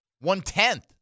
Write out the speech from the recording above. one-tenth